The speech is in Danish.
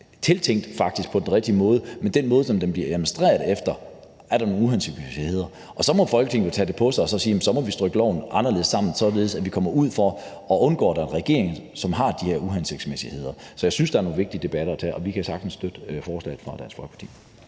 når man dykker ned i det, men den måde, som den bliver administreret på, giver nogle uhensigtsmæssigheder. Og så må Folketinget jo tage det på sig og sige, at så må vi strikke loven anderledes sammen, således at vi kommer ud af det og undgår, at det er fra regeringen, at de her uhensigtsmæssigheder kommer. Så jeg synes, der er nogle vigtige debatter at tage, og vi kan sagtens støtte forslaget fra Dansk Folkeparti.